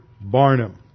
Barnum